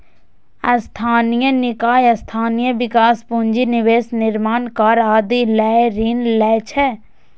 स्थानीय निकाय स्थानीय विकास, पूंजी निवेश, निर्माण कार्य आदि लए ऋण लै छै